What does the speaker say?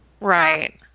right